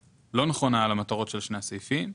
היא מבקשת להתייחס פה למה שמבקשים להתייחס בסעיף הנוסף.